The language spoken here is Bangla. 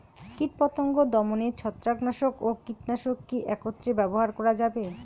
কীটপতঙ্গ দমনে ছত্রাকনাশক ও কীটনাশক কী একত্রে ব্যবহার করা যাবে?